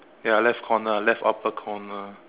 ya left corner left upper corner